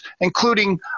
including